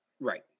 Right